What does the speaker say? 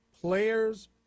players